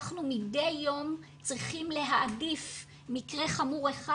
ואנחנו מדי יום צריכים להעדיף מקרה חמור אחד